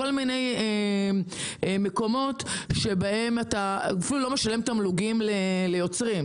וכל מיני מקומות שאפילו אתה לא משלם תמלוגים ליוצרים.